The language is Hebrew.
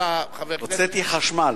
הוצאתי חשמל.